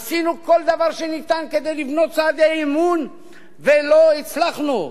עשינו כל דבר שניתן כדי לבנות צעדי אמון ולא הצלחנו?